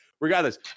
Regardless